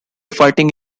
fighting